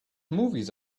movies